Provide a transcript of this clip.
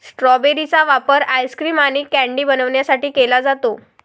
strawberry चा वापर ice cream आणि कँडी बनवण्यासाठी केला जातो